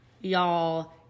y'all